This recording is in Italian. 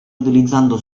utilizzando